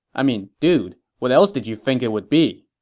i mean, dude, what else did you think it would be?